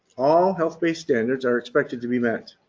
all health based standards are expected to be met.